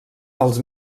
els